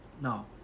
Now